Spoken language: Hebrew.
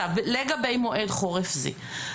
לגבי מועד חורף זה.